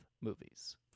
movies